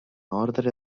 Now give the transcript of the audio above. ordre